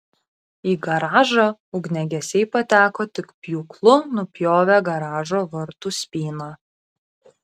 į garažą ugniagesiai pateko tik pjūklu nupjovę garažo vartų spyną